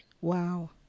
Wow